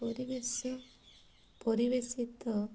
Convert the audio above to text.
ପରିବେଶ ପରିବେଶିତ